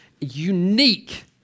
unique